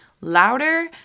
Louder